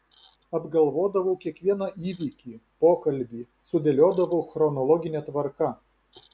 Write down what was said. apgalvodavau kiekvieną įvykį pokalbį sudėliodavau chronologine tvarka